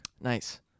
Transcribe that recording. Nice